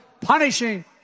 punishing